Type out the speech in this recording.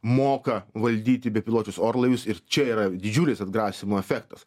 moka valdyti bepiločius orlaivius ir čia yra jau didžiulis atgrasymo efektas